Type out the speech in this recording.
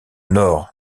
nord